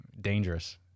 dangerous